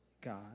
God